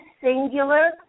singular